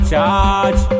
Charge